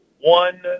one